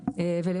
וכולי.